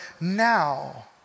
now